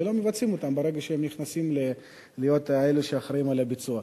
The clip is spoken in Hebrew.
אבל הם לא מבצעים אותם ברגע שהם נכנסים להיות אלה שאחראים לביצוע.